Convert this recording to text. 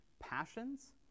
passions